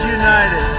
united